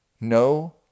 No